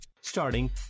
Starting